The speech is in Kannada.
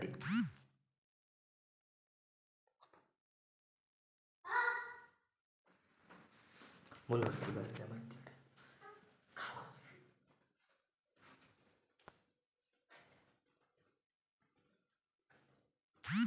ಅರ್ಧ ಎಕರೆ ಭತ್ತ ಬೆಳೆಗೆ ಎಷ್ಟು ಯೂರಿಯಾ ಬೇಕಾಗುತ್ತದೆ?